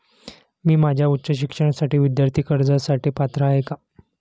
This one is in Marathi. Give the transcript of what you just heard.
मी माझ्या उच्च शिक्षणासाठी विद्यार्थी कर्जासाठी पात्र आहे का?